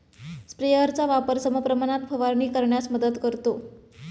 स्प्रेयरचा वापर समप्रमाणात फवारणी करण्यास मदत करतो